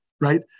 Right